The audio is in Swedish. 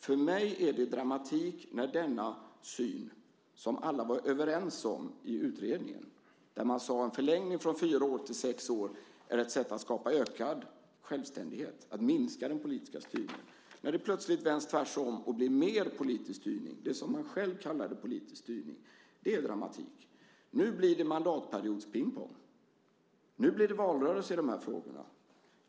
För mig är det dramatik när den syn, som alla var överens om i utredningen och där man sade att en förlängning från fyra år till sex år är ett sätt att skapa ökad självständighet och minska den politiska styrningen, plötsligt vänds tvärsom så att det blir mer politisk styrning, det som man själv kallar för politisk styrning. Det är dramatik. Nu blir det mandatperiodspingpong. Nu blir det valrörelse i de här frågorna.